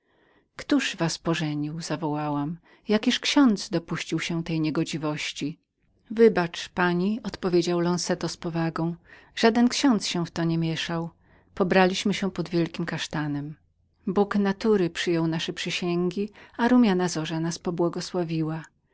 któż was pożenił zawołałam jakiż ksiądz dopuścił się tej niegodziwości wybacz pani odpowiedział lonzeto z powagą żaden ksiądz się w to nie mieszał pobraliśmy się pod wielkim kasztanem bóg natury przyjął nasze przysięgi a